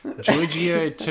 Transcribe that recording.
Giorgio